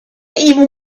even